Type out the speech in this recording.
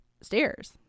stairs